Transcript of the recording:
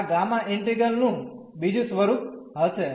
આ gamma integral નું બીજું સ્વરૂપ હશે